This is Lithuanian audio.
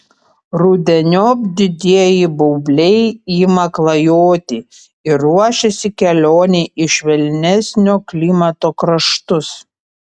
rudeniop didieji baubliai ima klajoti ir ruošiasi kelionei į švelnesnio klimato kraštus